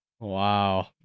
Wow